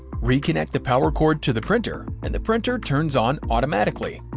reconnect the power cord to the printer, and the printer turns on automatically.